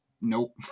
nope